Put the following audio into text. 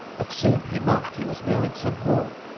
but soon he marked he was now in some hall,